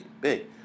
big